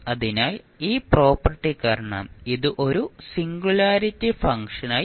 അതിനാൽ ഈ പ്രോപ്പർട്ടി കാരണം ഇത് ഒരു സിംഗുലാരിറ്റി ഫംഗ്ഷനായി singularity function